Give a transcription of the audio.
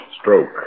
Stroke